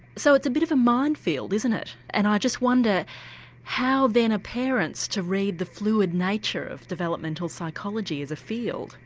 so it's a bit of a minefield isn't it and i just wonder how then are parents to read the fluid nature of developmental psychology as a field?